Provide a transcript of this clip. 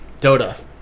Dota